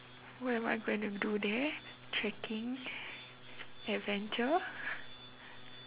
what am I going to do there trekking adventure